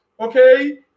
okay